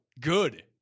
Good